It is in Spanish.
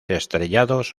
estrellados